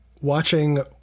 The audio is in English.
watching